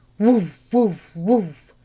woof! woof! woof!